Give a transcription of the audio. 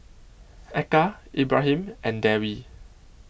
Eka Ibrahim and Dewi